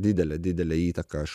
didelę didelę įtaką aš